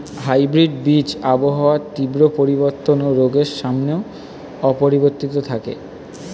hybrid বীজ আবহাওয়ার তীব্র পরিবর্তন ও রোগের সামনেও অপরিবর্তিত থাকে